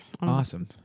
Awesome